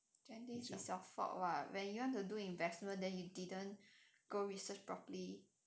then this is your fault [what] when you want to do investment then you didn't go research properly